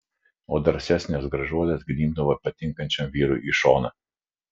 o drąsesnės gražuolės gnybdavo patinkančiam vyrui į šoną